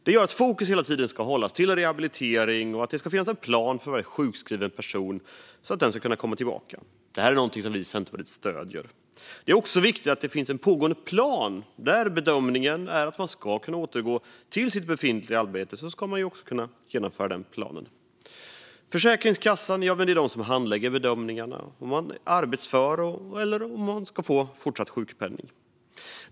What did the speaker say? Det gör att fokus hela tiden ska hållas på rehabilitering, och det ska finnas en plan för varje sjukskriven person så att man ska kunna komma tillbaka. Det är något som vi i Centerpartiet stöder. Det är också viktigt att det finns en pågående plan. Där bedömningen är att man ska kunna återgå till sitt befintliga arbete ska den planen också kunna genomföras. Det är Försäkringskassan som handlägger och gör bedömningar av om man är arbetsför eller om man ska fortsätta att få sjukpenning.